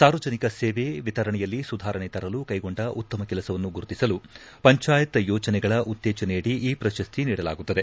ಸಾರ್ವಜನಿಕ ಸೇವೆ ವಿತರಣೆಯಲ್ಲಿ ಸುಧಾರಣೆ ತರಲು ಕೈಗೊಂಡ ಉತ್ತಮ ಕೆಲಸವನ್ನು ಗುರುತಿಸಲು ಪಂಚಾಯತ್ ಯೋಜನೆಗಳ ಉತ್ತೇಜನೆಯಡಿ ಈ ಪ್ರಶಸ್ತಿ ನೀಡಲಾಗುತ್ತದೆ